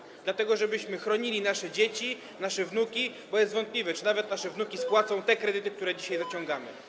Dlatego chodzi o to, żebyśmy chronili nasze dzieci, nasze wnuki, bo jest wątpliwe, czy nawet nasze wnuki spłacą te kredyty, które dzisiaj zaciągamy.